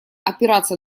опираться